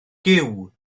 gyw